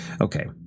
Okay